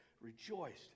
rejoiced